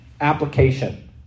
application